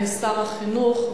שר החינוך,